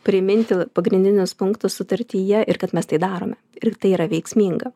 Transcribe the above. priminti pagrindinius punktus sutartyje ir kad mes tai darome ir tai yra veiksminga